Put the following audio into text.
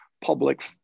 public